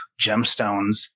gemstones